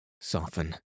soften